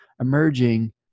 emerging